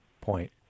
point